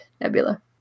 Nebula